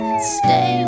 Stay